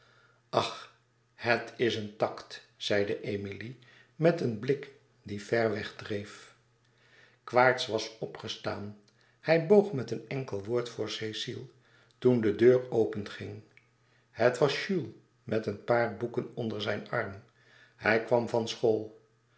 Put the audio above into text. ach het is een tact zeide amélie met een blik die ver weg dreef quaerts was opgestaan hij boog met een enkel woord voor cecile toen de deur openging het was jules met een paar boeken onder zijn arm hij kwam van school